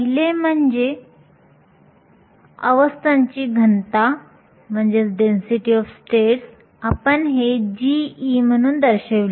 पहिले म्हणजे अवस्थांची घनता आपण हे g म्हणून दर्शविले